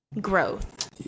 growth